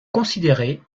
considéré